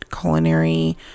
culinary